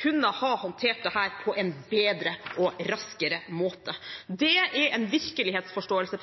kunne ha håndtert dette på en bedre og raskere måte. Det er en virkelighetsforståelse